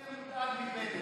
אל תהיה מודאג מבנט,